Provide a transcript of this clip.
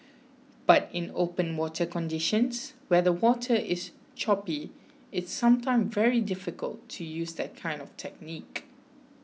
but in open water conditions where the water is choppy it's sometimes very difficult to use that kind of technique